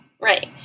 Right